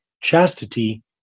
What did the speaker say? chastity